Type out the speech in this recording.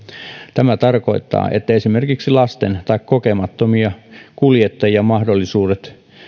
tämä tarkoittaa että esimerkiksi lasten tai kokemattomien kuljettajien mahdollisuudet